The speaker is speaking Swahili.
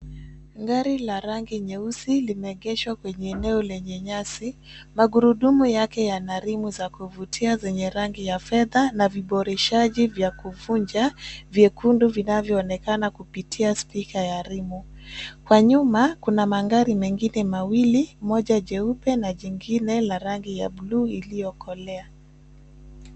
Gari la rangi nyeusi limeegeshwa kwenye eneo lenye nyasi. Magurudumu yake yana rimu za kuvutia zenye rangi ya fedha na viboreshaji vya kuvunja vyekundu vinavyoonekana kupitia spika ya rimu. Kwa nyuma kuna magari mengine mawili, moja jeupe na jingine la rangi ya buluu iliyokolea.